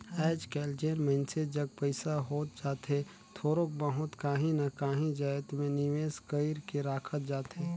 आएज काएल जेन मइनसे जग पइसा होत जाथे थोरोक बहुत काहीं ना काहीं जाएत में निवेस कइर के राखत जाथे